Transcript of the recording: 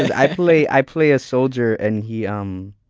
i play i play a soldier and he umm,